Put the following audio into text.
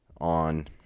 on